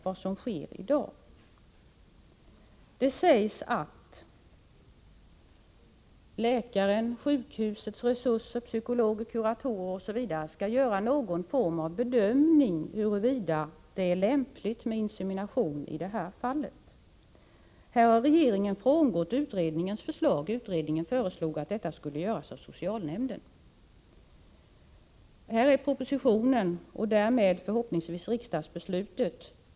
Det sägs att sjukhusets resurser skall beaktas, att läkare, psykologer, kuratorer osv. skall göra någon form av bedömning huruvida det är lämpligt med insemination i det aktuella fallet. Här har regeringen frångått utredningens förslag. Utredningen föreslog nämligen att detta skulle vara en uppgift för socialnämnden. På den punkten följer propositionen enligt min uppfattning en riktig linje.